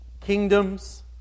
Kingdoms